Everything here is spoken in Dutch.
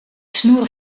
snoer